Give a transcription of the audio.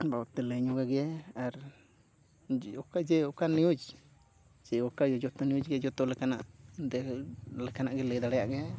ᱵᱟᱵᱚᱛ ᱛᱮ ᱞᱟᱹᱭ ᱧᱚᱜᱽ ᱜᱮᱭᱟᱭ ᱟᱨ ᱚᱠᱟ ᱡᱮ ᱚᱠᱟ ᱱᱤᱭᱩᱡᱽ ᱪᱮ ᱚᱠᱟ ᱡᱚᱛᱚ ᱱᱤᱭᱩᱡᱽ ᱜᱮ ᱡᱚᱛᱚ ᱞᱮᱠᱟᱱᱟᱜ ᱫᱮ ᱞᱮᱠᱟᱱᱟᱜ ᱜᱮ ᱞᱟᱹᱭ ᱫᱟᱲᱮᱭᱟᱜ ᱜᱮᱭᱟᱭ